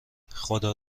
خدا